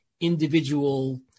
individual